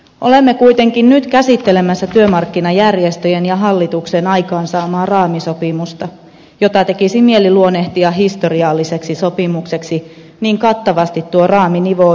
olemme kuitenkin nyt käsittelemässä työmarkkinajärjestöjen ja hallituksen aikaansaamaa raamisopimusta jota tekisi mieli luonnehtia historialliseksi sopimukseksi niin kattavasti tuo raami nivoo yhteen työmarkkinat